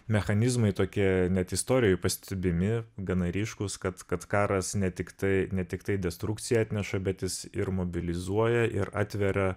mechanizmai tokie net istorijoj pastebimi gana ryškūs kad kad karas ne tiktai ne tiktai destrukciją atneša bet jis ir mobilizuoja ir atveria